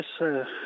Yes